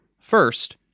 First